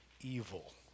evil